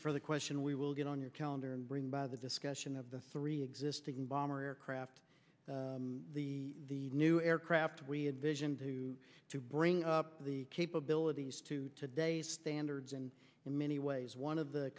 you for the question we will get on your calendar and bring by the discussion of the three existing bomber aircraft the new aircraft we had vision two to bring up the capabilities to today's standards and in many ways one of the